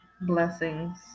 Blessings